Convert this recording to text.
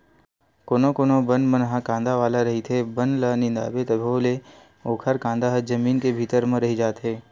कोनो कोनो बन मन ह कांदा वाला रहिथे, बन ल निंदवाबे तभो ले ओखर कांदा ह जमीन के भीतरी म रहि जाथे